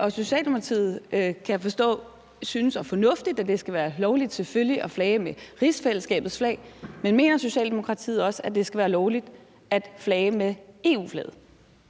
og Socialdemokratiet synes, kan jeg forstå, at det er fornuftigt, at det selvfølgelig skal være lovligt at flage med rigsfællesskabets flag. Men mener Socialdemokratiet også, at det skal være lovligt at flage med EU-flaget?